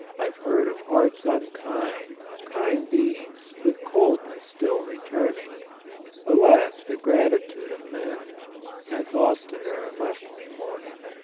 i've heard of hearts unkind, kind deeds with coldness still returning alas! the gratitude of men hath oftener left me mourning!